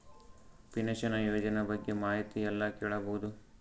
Pension ಯೋಜನ ಬಗ್ಗೆ ಮಾಹಿತಿ ಎಲ್ಲ ಕೇಳಬಹುದು?